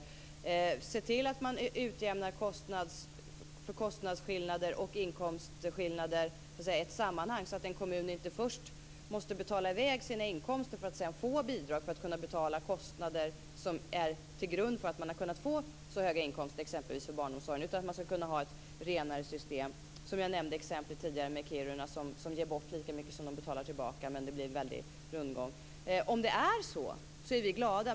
Man kunde också se till att utjämna för kostnadsskillnader och inkomstskillnader i ett sammanhang så att en kommun inte först måste betala in sina inkomster för att sedan få bidrag för att kunna betala kostnader som legat till grund för att den kunnat få så höga inkomster för exempelvis barnomsorgen. Man skulle kunna ha ett renare system. Jag nämnde tidigare exemplet med Kiruna. Där ger kommunen bort lika mycket som den får tillbaka. Det blir en väldig rundgång. Om det är så är vi glada.